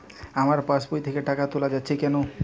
আমার পাসবই থেকে টাকা তোলা যাচ্ছে না কেনো?